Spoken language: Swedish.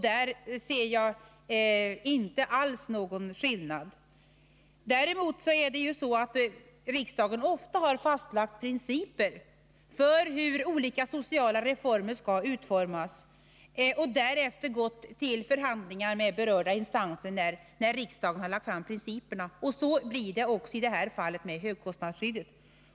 Där ser jag inte alls någon skillnad. Däremot har riksdagen ofta fastlagt principer för hur olika sociala reformer skall utformas. Därefter har man — när riksdagen lagt fast principerna — gått till förhandlingar med berörda instanser. Så blir det också i det här fallet med högkostnadsskyddet.